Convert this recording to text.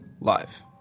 live